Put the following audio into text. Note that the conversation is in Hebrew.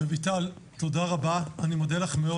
רביטל, תודה רבה, אני מודה לך מאוד.